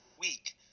week